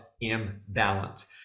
imbalance